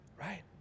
right